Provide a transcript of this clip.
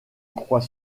croit